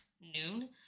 noon